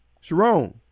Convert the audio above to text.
Sharon